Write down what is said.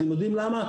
אתם יודעים למה?